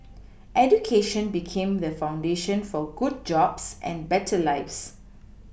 education became the foundation for good jobs and better lives